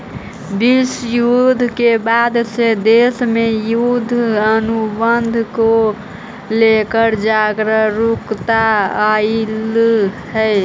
विश्व युद्ध के बाद से देश में युद्ध अनुबंध को लेकर जागरूकता अइलइ हे